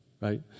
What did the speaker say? Right